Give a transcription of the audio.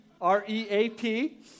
R-E-A-P